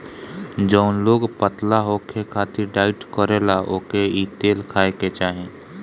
जवन लोग पतला होखे खातिर डाईट करेला ओके इ तेल खाए के चाही